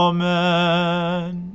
Amen